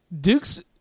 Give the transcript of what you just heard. Duke's –